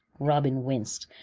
robin winced,